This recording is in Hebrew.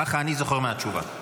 ככה אני זוכר מהתשובה.